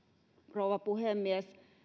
rouva puhemies